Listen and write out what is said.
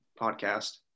podcast